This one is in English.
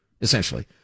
essentially